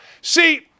See